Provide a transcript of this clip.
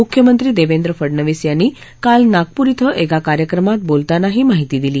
मुख्यमंत्री देवेंद्र फडनवीस यांनी काल नागपूर िं एका कार्यक्रमात बोलताना ही माहिती दिली